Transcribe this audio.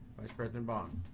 vice president baum?